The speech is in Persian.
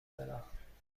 برم